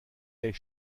est